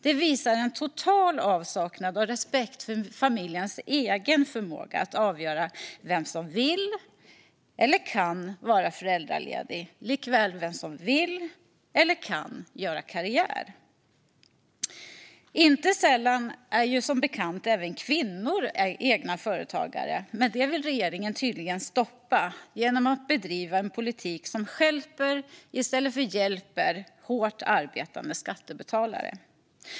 Det visar på en total avsaknad av respekt för familjens egen förmåga att avgöra vem som vill eller kan vara föräldraledig liksom vem som vill eller kan göra karriär. Inte sällan är som bekant även kvinnor egna företagare, men det vill regeringen tydligen stoppa genom att bedriva en politik som stjälper i stället för hjälper hårt arbetande skattebetalare.